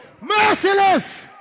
Merciless